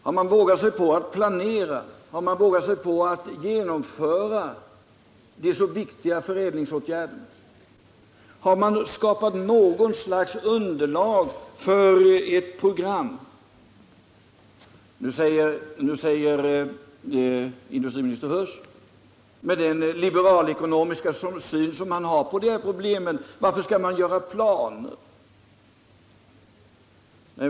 Har man vågat sig på att planera? Har man vågat att genomföra de så viktiga förädlingsåtgärderna? Har man skapat något slags underlag för ett program? Nu säger industriminister Huss med den liberalekonomiska syn som han har på de här problemen: Varför skall man göra planer?